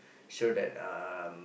so that um